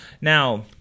Now